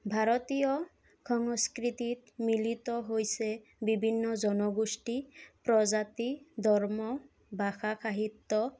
ভাৰতীয় সংস্কৃতিত মিলিত হৈছে বিভিন্ন জনগোষ্ঠী প্ৰজাতি ধৰ্ম ভাষা সাহিত্য